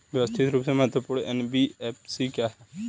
व्यवस्थित रूप से महत्वपूर्ण एन.बी.एफ.सी क्या हैं?